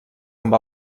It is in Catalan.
amb